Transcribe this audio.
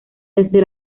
desde